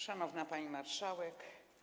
Szanowna Pani Marszałek!